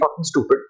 stupid